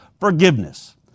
forgiveness